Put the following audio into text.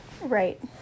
Right